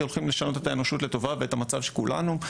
הולכים לשנות את האנושות לטובה ואת המצב של כולנו.